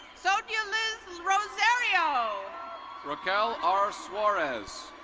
zodialus luzerio rachel r. suarez.